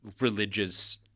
religious